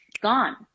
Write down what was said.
gone